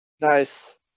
Nice